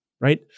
Right